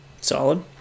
Solid